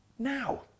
Now